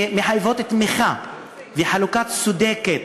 שמחייבות תמיכה וחלוקה צודקת.